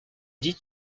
dix